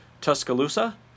Tuscaloosa